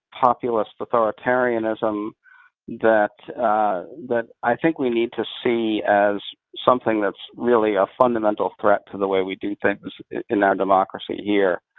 populist authoritarianism that that i think we need to see as something that's really a fundamental threat to the way we do things in our democracy here.